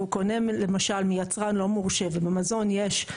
והוא קונה למשל מיצרן לא מורשה ובמזון יש,